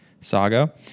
saga